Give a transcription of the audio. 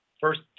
first